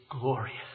glorious